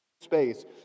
space